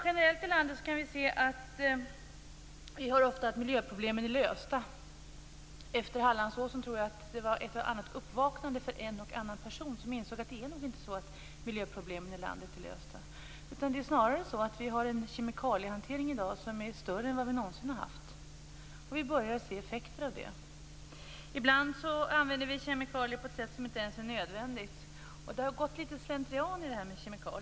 Generellt hör vi ofta att miljöproblemen är lösta. Efter Hallandsåsen tror jag att det var ett och annat uppvaknande för en och annan person som insåg att det nog inte är så att miljöproblemen i landet är lösta. Snarare har vi en kemikaliehantering i dag som är större än vad vi någonsin har haft. Vi börjar se effekterna av det. Ibland använder vi kemikalier på ett sätt som inte alls är nödvändigt. Det har gått litet slentrian i det här med kemikalier.